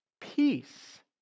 Peace